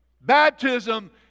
Baptism